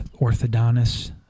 orthodontist